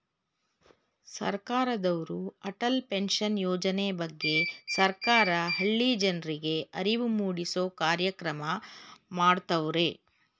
ಸರ್ಕಾರದವ್ರು ಅಟಲ್ ಪೆನ್ಷನ್ ಯೋಜನೆ ಬಗ್ಗೆ ಸರ್ಕಾರ ಹಳ್ಳಿ ಜನರ್ರಿಗೆ ಅರಿವು ಮೂಡಿಸೂ ಕಾರ್ಯಕ್ರಮ ಮಾಡತವ್ರೆ